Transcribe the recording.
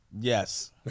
Yes